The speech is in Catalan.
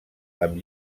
amb